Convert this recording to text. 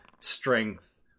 strength